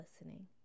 listening